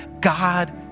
God